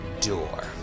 door